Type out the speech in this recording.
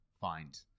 find